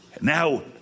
now